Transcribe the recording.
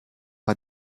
war